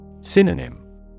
Synonym